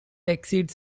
exceeds